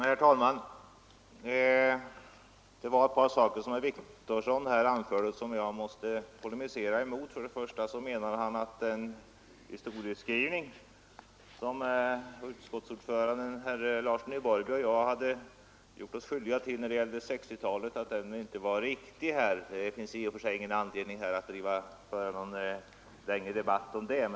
Herr talman! Det var ett par saker som herr Wictorsson här anförde som jag måste polemisera mot. För det första menade herr Wictorsson att den historieskrivning som utskottsordföranden herr Larsson i Borrby och jag gjort när det gällde 1960-talet inte var riktig. Det finns i och för sig inte anledning att föra någon längre debatt om det.